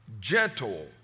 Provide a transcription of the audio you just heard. gentle